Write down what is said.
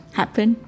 happen